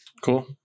Cool